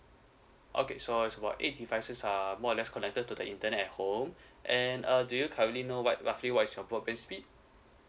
okay so it's about eight devices uh more or less connected to the internet at home and uh do you currently know what roughly what is your broadband speed